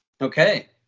okay